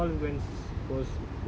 no lah it's not the heat lah